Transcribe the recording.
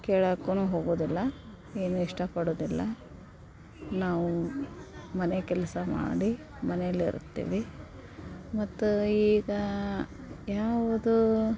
ಕೇಳಕ್ಕೂ ಹೋಗೋದಿಲ್ಲ ಏನೂ ಇಷ್ಟಪಡೋದಿಲ್ಲ ನಾವು ಮನೆ ಕೆಲಸ ಮಾಡಿ ಮನೇಲಿ ಇರುತ್ತೀವಿ ಮತ್ತು ಈಗ ಯಾವುದು